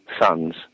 sons